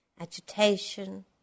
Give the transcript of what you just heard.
agitation